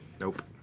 Nope